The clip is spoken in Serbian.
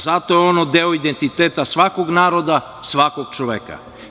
Zato je ono deo identiteta svakog naroda, svakog čoveka.